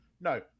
No